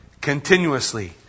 continuously